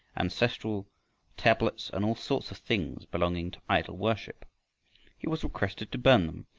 ancestral tablets, and all sorts of things belonging to idol-worship. he was requested to burn them,